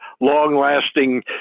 long-lasting